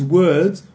words